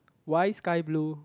why sky blue